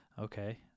Okay